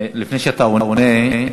לפני שאתה עונה,